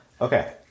Okay